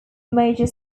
major